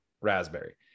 raspberry